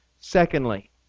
Secondly